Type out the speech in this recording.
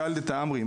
שאל תעמרי,